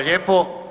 lijepo.